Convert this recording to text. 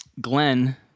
Glenn